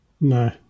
no